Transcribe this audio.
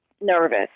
nervous